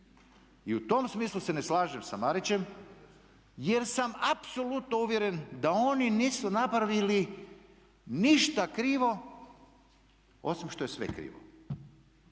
i u tom smislu se ne slažem sa Marićem, jer sam apsolutno uvjeren da oni nisu napravili ništa krivo osim što je sve krivo.